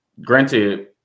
granted